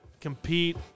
compete